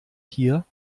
hier